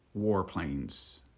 warplanes